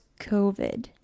COVID